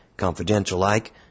confidential-like